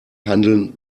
handeln